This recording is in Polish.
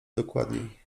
dokładniej